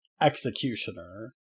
executioner